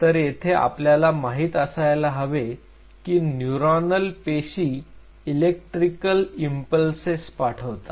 तर येथे आपल्याला माहीत असायला हवे कि न्यूरॉनल पेशी इलेक्ट्रिकल इम्पल्सेस पाठवतात